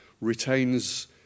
retains